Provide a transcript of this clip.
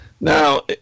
Now